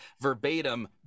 verbatim